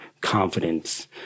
confidence